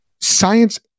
Science